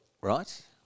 Right